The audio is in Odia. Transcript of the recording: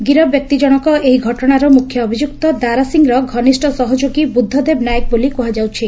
ଗିରଫ ବ୍ୟକ୍ତି ଜଶଙ୍କ ଏହି ଘଟଶାର ମୁଖ୍ୟ ଅଭିଯୁକ୍ତ ଦାରା ସିଂର ଘନିଷ୍ ସହଯୋଗୀ ବୁଦ୍ଧଦେବ ନାଏକ ବୋଲି କୁହାଯାଉଛି